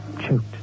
Choked